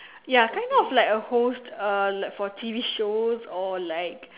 ya kind of like a host uh like for T_V shows or like